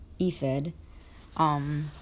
EFED